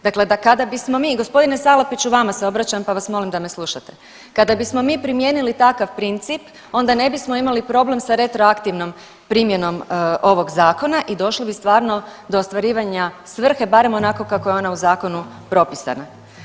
Dakle, da kada bismo mi, g. Salapiću vama se obraćam, pa vas molim da me slušate, kada bismo mi primijenili takav princip onda ne bismo imali problem sa retroaktivnom primjenom ovog zakona i došli bi stvarno do ostvarivanja svrhe barem onako kako je ona u zakonu propisana.